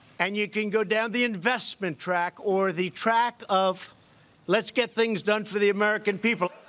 and you can go down the investment track or the track of let's get things done for the american people.